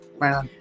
wow